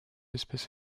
espèce